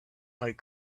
like